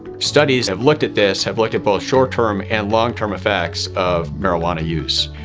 studies have looked at this have looked at both short-term and long-term effects of marijuana use.